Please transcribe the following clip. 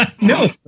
No